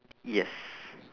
yes